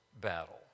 battle